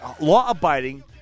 law-abiding